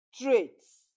traits